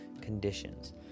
conditions